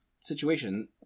situation